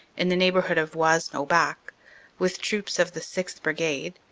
in the neighborhood of wasnes-au-bac, with troops of the sixth. brigade,